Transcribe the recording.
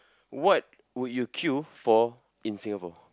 what would you queue for in Singapore